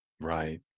Right